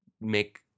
make